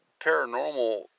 paranormal